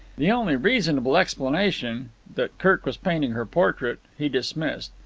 the only reasonable explanation that kirk was painting her portrait he dismissed.